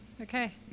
Okay